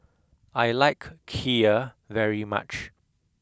I like Kheer very much